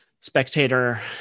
Spectator